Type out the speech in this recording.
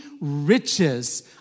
riches